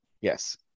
Yes